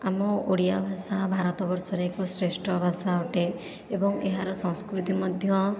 ଆମ ଓଡ଼ିଆ ଭାଷା ଭାରତ ବର୍ଷରେ ଏକ ଶ୍ରେଷ୍ଠ ଭାଷା ଅଟେ ଏବଂ ଏହାର ସଂସ୍କୃତି ମଧ୍ୟ